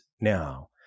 now